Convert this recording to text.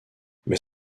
mais